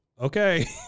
Okay